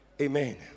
Amen